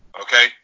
Okay